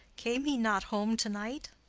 came he not home to-night?